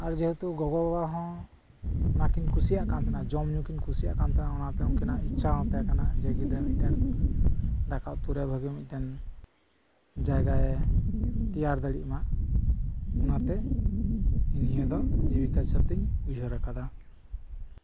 ᱟᱨ ᱡᱮᱦᱮᱛᱩ ᱜᱚᱜᱚ ᱵᱟᱵᱟᱦᱚᱸ ᱚᱱᱟᱠᱤᱱ ᱠᱩᱥᱤᱭᱟᱜ ᱠᱟᱱ ᱛᱟᱸᱦᱮᱱᱟ